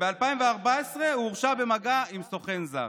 וב-2014 הורשע במגע עם סוכן זר.